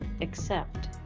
accept